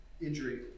injury